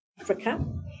Africa